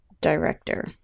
director